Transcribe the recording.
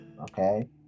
Okay